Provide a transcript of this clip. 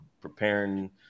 preparing